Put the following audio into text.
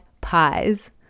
pies